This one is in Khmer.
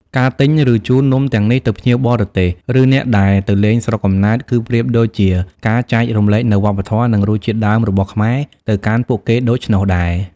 ការទិញ ឬជូននំទាំងនេះទៅភ្ញៀវបរទេស ឬអ្នកដែលទៅលេងស្រុកកំណើត គឺប្រៀបដូចជាការចែករំលែកនូវវប្បធម៌ និងរសជាតិដើមរបស់ខ្មែរទៅកាន់ពួកគេដូច្នោះដែរ។